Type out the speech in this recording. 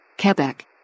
Quebec